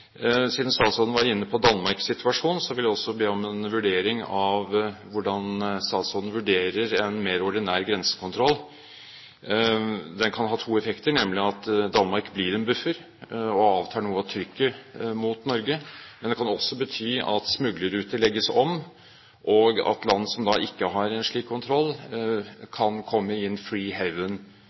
Siden statsråden var inne på Danmarks situasjon, vil jeg også be statsråden si litt om hvordan han vurderer en mer ordinær grensekontroll. Den kan ha to effekter, nemlig at Danmark blir en buffer og avtar noe av trykket mot Norge, men det kan også bety at smuglerruter legges om, og at land som ikke har slik kontroll, kan komme